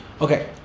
okay